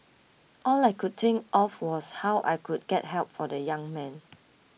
all I could think of was how I could get help for the young man